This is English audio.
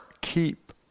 keep